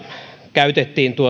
käytettiin